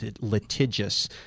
litigious